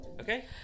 Okay